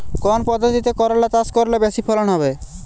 কোন পদ্ধতিতে করলা চাষ করলে বেশি ফলন হবে?